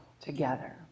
together